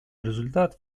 результат